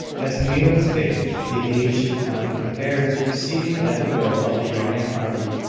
has need of this faith. the aged who find affairs proceeding at the will of the young and hardy,